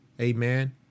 Amen